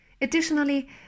Additionally